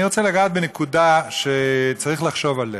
אני רוצה לגעת בנקודה שצריך לחשוב עליה.